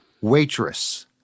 waitress